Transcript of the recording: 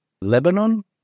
Lebanon